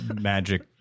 magic